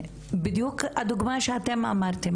ונתתי לה את הדוגמא שאתן אמרתן.